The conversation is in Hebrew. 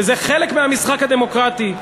וזה חלק מהמשחק הדמוקרטי.